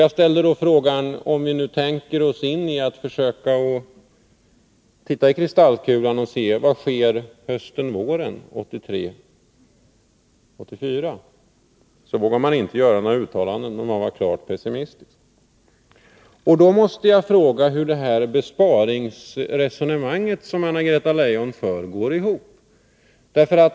Jag undrade då, om vi tänkte oss att titta i kristallkulan, vad som skulle ske hösten 84. Om det vågade man inte göra några uttalanden, men man var klart pessimistisk. Då måste jag fråga hur det besparingsresonemang som Anna-Greta Leijon för går ihop.